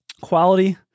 quality